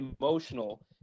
emotional